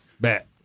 Back